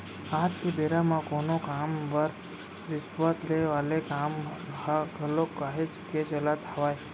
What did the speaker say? आज के बेरा म कोनो काम बर रिस्वत ले वाले काम ह घलोक काहेच के चलत हावय